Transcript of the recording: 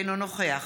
אינו נוכח